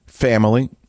Family